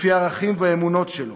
לפי הערכים והאמונות שלו,